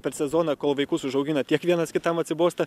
per sezoną kol vaikus užaugina tiek vienas kitam atsibosta